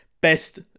best